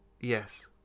Yes